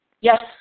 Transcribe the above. Yes